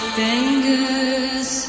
fingers